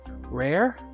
Rare